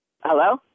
Hello